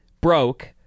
broke